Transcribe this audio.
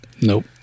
Nope